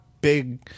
big